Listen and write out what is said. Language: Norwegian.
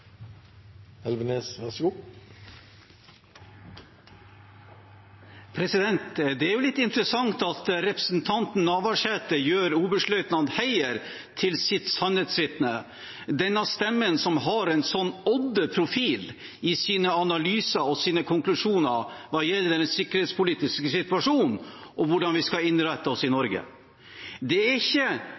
litt interessant at representanten Navarsete gjør oberstløytnant Heier til sitt sannhetsvitne – denne stemmen med sin odde profil i sine analyser og konklusjoner hva gjelder den sikkerhetspolitiske situasjonen og hvordan vi skal innrette oss i Norge. Det er ikke